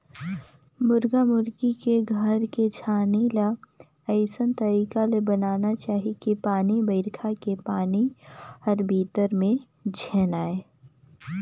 मुरगा मुरगी के घर के छानही ल अइसन तरीका ले बनाना चाही कि पानी बइरखा के पानी हर भीतरी में झेन आये